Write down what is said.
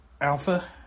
Alpha